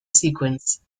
sequence